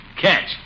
catch